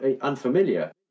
unfamiliar